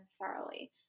thoroughly